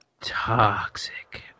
toxic